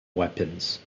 weapons